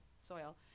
soil